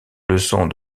leçons